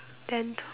then